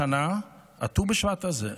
השנה, בט"ו בשבט הזה,